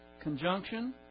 conjunction